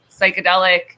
psychedelic